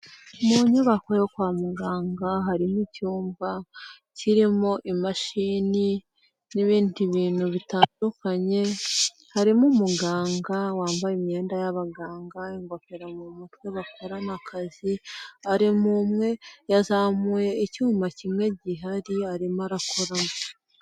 Mu nyubako yo kwa muganga harimo icyumba kirimo imashini n'ibindi bintu bitandukanye, harimo umuganga wambaye imyenda y'abaganga, ingofero mu mutwe bakorana akazi, ari mo umwe, yazamuye icyuma kimwe gihari arimo arakoramo.